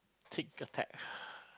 tic tac